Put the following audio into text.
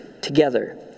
together